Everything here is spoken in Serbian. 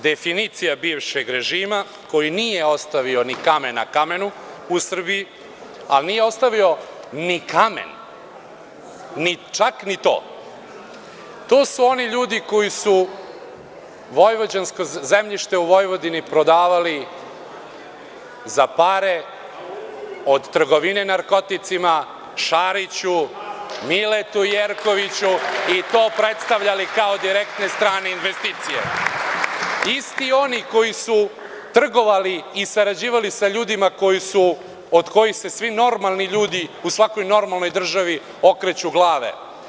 Definicija bivšeg režima koji nije ostavio ni kamen na kamenu u Srbiji, ali nije ostavio ni kamen, čak ni to, to su oni ljudi koji su zemljište u Vojvodini prodavali za pare od trgovine narkoticima, Šariću, Miletu Jerkoviću i to predstavljali kao direktne strane investicije, isti oni koji su trgovali i sarađivali sa ljudima od kojih se svi normalni ljudi u svakoj normalnoj državi okreću glave.